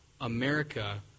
America